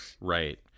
right